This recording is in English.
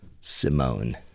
Simone